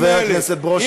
חבר הכנסת ברושי,